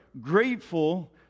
grateful